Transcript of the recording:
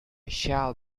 shall